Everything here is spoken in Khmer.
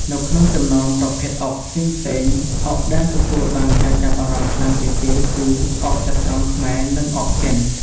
នៅក្នុងចំណោមប្រភេទអុកផ្សេងៗ អុកដែលទទួលបានការចាប់អារម្មណ៍ខ្លាំងជាងគេគឺ អុកចត្រង្គខ្មែរ និង អុកចិន ។